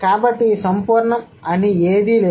కాబట్టి సంపూర్ణం అని ఏదీ లేదు